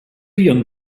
young